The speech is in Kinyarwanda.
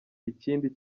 ikindi